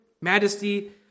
majesty